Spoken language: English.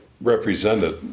represented